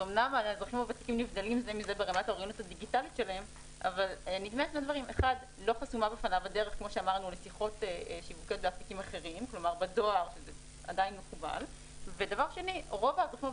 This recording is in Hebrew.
ולכן נדמה שעדיין הם כן צריכים להיות בתוך המאגר,